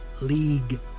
League